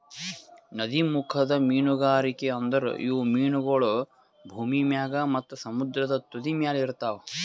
ನದೀಮುಖದ ಮೀನುಗಾರಿಕೆ ಅಂದುರ್ ಇವು ಮೀನಗೊಳ್ ಭೂಮಿ ಮ್ಯಾಗ್ ಮತ್ತ ಸಮುದ್ರದ ತುದಿಮ್ಯಲ್ ಇರ್ತಾವ್